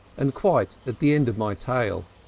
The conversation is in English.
and quite at the end of my tail.